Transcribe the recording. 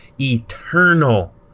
eternal